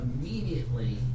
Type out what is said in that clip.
immediately